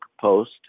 post